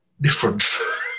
difference